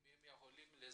אם הם יכולים לזהות,